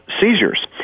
seizures